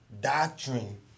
Doctrine